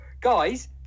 Guys